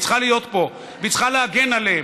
היא צריכה להיות פה והיא צריכה להגן עליהם.